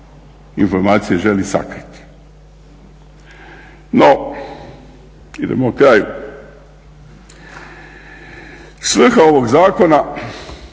informacija želi sakriti. No, idemo kraju. Svrha ovog zakona